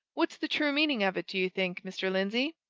what's the true meaning of it, do you think, mr. lindsey?